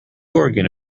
organ